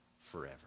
forever